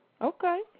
Okay